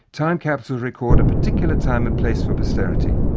time capsules record a particular time and place for posterity,